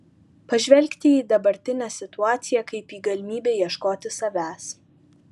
pažvelgti į dabartinę situaciją kaip į galimybę ieškoti savęs